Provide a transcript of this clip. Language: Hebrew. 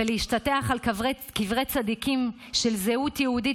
להשתטח על קברי צדיקים של זהות יהודית